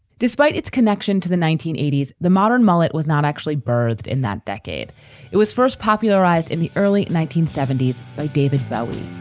despite its connection to the nineteen eighty s, the modern mullet was not actually birthed in that decade it was first popularized in the early nineteen seventy s by david bowie.